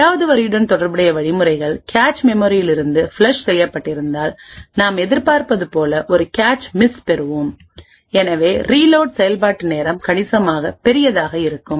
8 வது வரியுடன் தொடர்புடைய வழிமுறைகள் கேச் மெமரியில் இருந்து ஃப்ளஷ்செய்யப்பட்டிருப்பதால் நாம் எதிர்பார்ப்பது போல ஒரு கேச் மிஸ் பெறுவோம் எனவே ரீலோட் செயல்பாட்டு நேரம் கணிசமாக பெரியதாக இருக்கும்